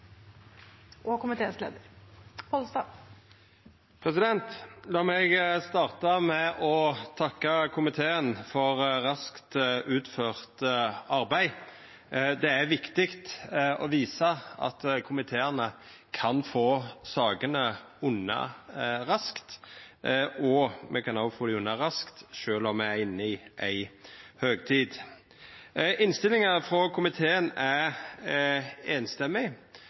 og hvis vi eventuelt skal gjøre det, må vi komme tilbake til det i revidert. Replikkordskiftet er omme. Flere har ikke bedt om ordet til sak nr. 2. La meg starta med å takka komiteen for raskt utført arbeid. Det er viktig å visa at komiteane kan få sakene unna raskt, og at me òg kan få